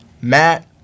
Matt